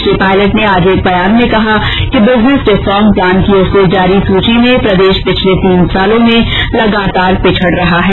श्री पायलट ने आज एक बयान में कहा कि बिजनेस रिफॉर्म प्लान की ओर से जारी सूची में प्रदेष पिछले तीन सालों से लगातार पिछड़ रहा है